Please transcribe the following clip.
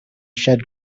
shed